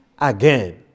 again